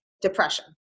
depression